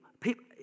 people